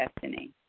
destiny